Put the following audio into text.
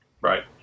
right